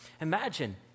Imagine